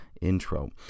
intro